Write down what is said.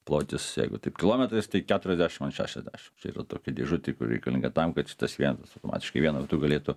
plotis jeigu taip kilometrais tai keturiasdešim an šešiasdešim čia yra tokia dėžutė kuri reikalinga tam kad šitas vienetas automatiškai vienu metu galėtų